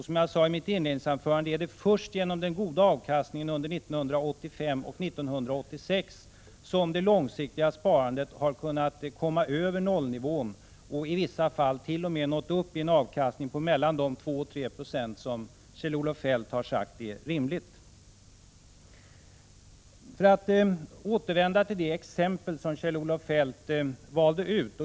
Som jag sade i mitt inledningsanförande är det först genom den goda avkastningen under 1985 och 1986 som det långsiktiga sparandet har kunnat komma över nollnivån och i vissa fall t.o.m. nått upp till en avkastning på mellan de 2 och 3 96 som Kjell-Olof Feldt har sagt är rimlig. Jag vill återvända till det exempel som Kjell-Olof Feldt valde ut.